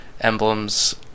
emblems